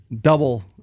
double